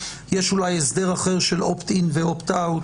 יש אולי הסדר אחר של opt-in ו-opt-out.